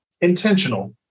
intentional